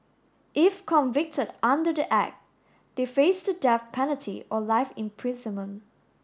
if convicted under the Act they face the death penalty or life imprisonment